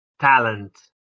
talent